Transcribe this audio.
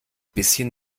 bisschen